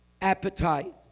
appetite